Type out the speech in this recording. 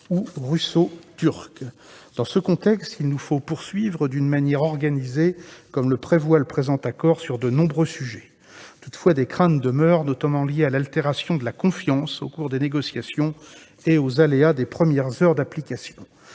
ou russo-turc. Dans ce contexte, il nous faut poursuivre de manière organisée, comme le prévoit le présent accord, sur de nombreux sujets. Toutefois, des craintes demeurent, notamment liées à l'altération de la confiance au cours des négociations et aux aléas des premières heures d'application.